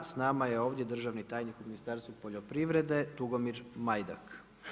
S nama je ovdje državni tajnik u Ministarstvu poljoprivrede Tugomir Majdak.